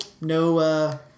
no